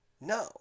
no